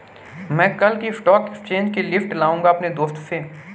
मै कल की stock exchange की लिस्ट लाऊंगा अपने दोस्त से